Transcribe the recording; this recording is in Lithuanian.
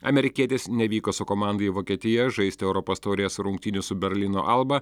amerikietis nevyko su komanda į vokietiją žaisti europos taurės rungtynių su berlyno alba